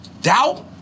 doubt